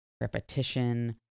repetition